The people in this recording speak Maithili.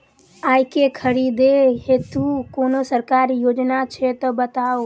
आइ केँ खरीदै हेतु कोनो सरकारी योजना छै तऽ बताउ?